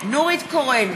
נורית קורן,